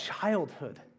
childhood